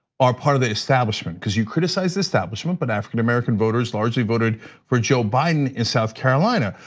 are part of the establishment? cuz you criticize the establishment, but african-american voters largely voted for joe biden in south carolina.